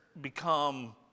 become